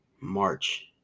March